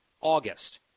August